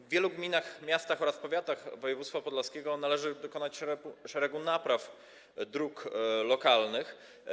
W wielu gminach, miastach oraz powiatach województwa podlaskiego należy dokonać szeregu napraw dróg lokalnych.